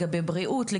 בבריאות,